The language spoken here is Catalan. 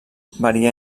varia